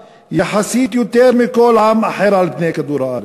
יחסית יותר מכל עם אחר על פני כדור-הארץ,